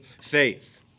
faith